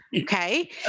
Okay